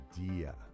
idea